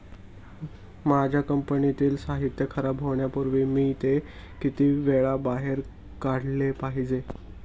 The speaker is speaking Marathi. माझ्या कंपनीतील साहित्य खराब होण्यापूर्वी मी ते किती वेळा बाहेर काढले पाहिजे?